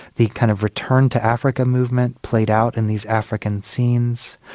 the kind of return to africa movement played out in these african scenes,